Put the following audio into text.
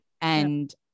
And-